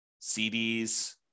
CDs